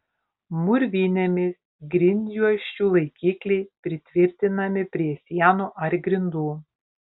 mūrvinėmis grindjuosčių laikikliai pritvirtinami prie sienų ar grindų